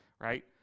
right